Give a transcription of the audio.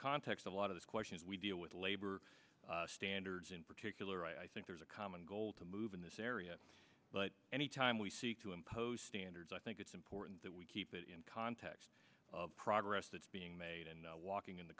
context of a lot of this question is we deal with labor standards in particular i think there's a common goal to move in this area but any time we seek to impose standards i think it's important that we keep it in context of progress that's being made and walking in the